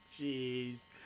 jeez